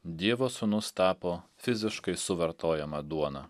dievo sūnus tapo fiziškai suvartojama duona